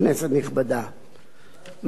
כנסת נכבדה,